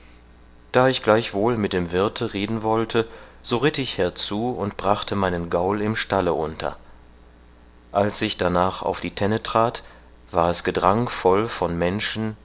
da ich gleichwohl mit dem wirthe reden wollte so ritt ich herzu und brachte meinen gaul im stalle unter als ich danach auf die tenne trat war es gedrang voll von menschen